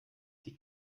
die